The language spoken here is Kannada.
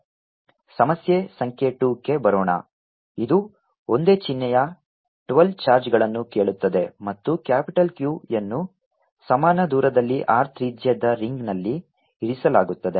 F14π0Qqa2y232 ಸಮಸ್ಯೆ ಸಂಖ್ಯೆ 2 ಕ್ಕೆ ಬರೋಣ ಇದು ಒಂದೇ ಚಿಹ್ನೆಯ 12 ಚಾರ್ಜ್ಗಳನ್ನು ಕೇಳುತ್ತದೆ ಮತ್ತು ಕ್ಯಾಪಿಟಲ್ Q ಯನ್ನು ಸಮಾನ ದೂರದಲ್ಲಿ R ತ್ರಿಜ್ಯದ ರಿಂಗ್ನಲ್ಲಿ ಇರಿಸಲಾಗುತ್ತದೆ